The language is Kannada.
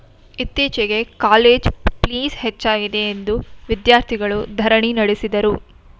ಇತ್ತೀಚೆಗೆ ಕಾಲೇಜ್ ಪ್ಲೀಸ್ ಹೆಚ್ಚಾಗಿದೆಯೆಂದು ವಿದ್ಯಾರ್ಥಿಗಳು ಧರಣಿ ನಡೆಸಿದರು